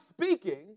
speaking